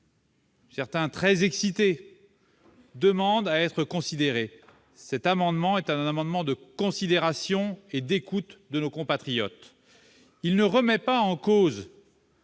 certains sont très excités, demandent à être considérés. Cet amendement est un amendement de considération et d'écoute à leur égard. Il ne remet pas en cause